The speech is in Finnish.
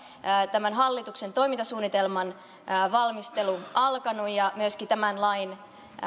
tämän hallituksen toimintasuunnitelman valmistelu alkanut ja myöskin tämän lain